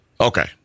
Okay